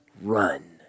run